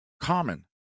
common